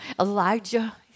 Elijah